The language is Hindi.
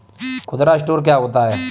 खुदरा स्टोर क्या होता है?